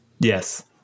Yes